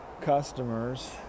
customers